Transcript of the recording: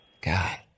God